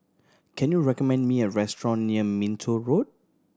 can you recommend me a restaurant near Minto Road